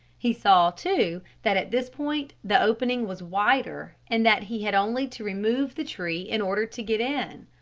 he saw, too, that at this point the opening was wider and that he had only to remove the tree in order to get in.